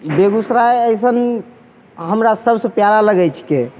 बेगूसराय अइसन हमरा सबसे प्यारा लगै छिकै